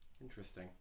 Interesting